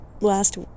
last